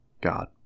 god